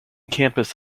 campus